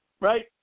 Right